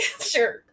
sure